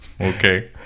okay